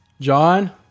John